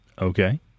Okay